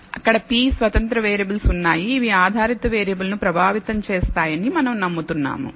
అక్కడ p స్వతంత్ర variables ఉన్నాయి ఇవి ఆధారిత వేరియబుల్ ను ప్రభావితం చేస్తాయని మనం నమ్ముతున్నాము